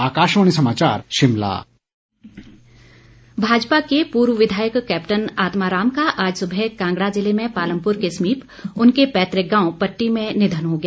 आत्मा राम भाजपा के पूर्व विधायक कैप्टन आत्मा राम का आज सुबह कांगड़ा जिले में पालमपुर के समीप उनके पैतृक गांव पट्टी में निधन हो गया